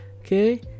Okay